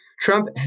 Trump